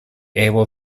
able